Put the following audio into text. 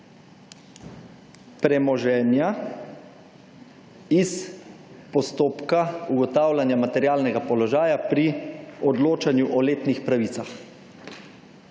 premoženja iz postopka ugotavljanja materialnega položaja pri odločanju o letnih pravicah.